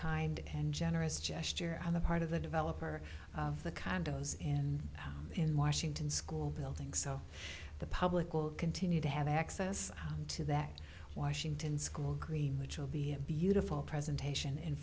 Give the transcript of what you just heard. kind and generous gesture on the part of the developer of the condos in in washington school building so the public will continue to have access to that washington school green which will be a beautiful presentation in